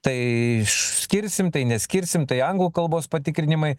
tai skirsim tai neskirsim tai anglų kalbos patikrinimai